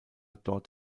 dort